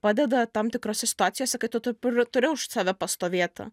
padeda tam tikrose situacijose kai tu tur prur turi už save pastovėti